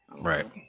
Right